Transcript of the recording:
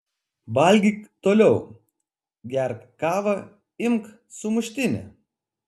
valgyk toliau gerk kavą imk sumuštinį